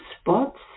spots